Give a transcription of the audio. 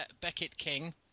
Beckett-King